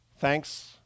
thanks